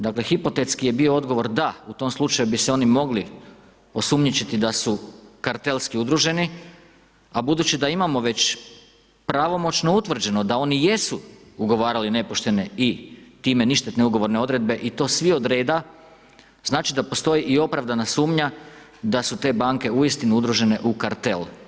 Dakle, hipotetski je bio odgovor da, u tom slučaju bi se oni mogli osumnjičiti da su kartelski udruženi a budući da imamo već pravomoćno utvrđeno da oni jesu ugovarali nepoštene i time ništetne ugovorne odredbe i to svi od reda znači da postoji i opravdana sumnja da su te banke uistinu udružene u kartel.